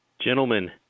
Gentlemen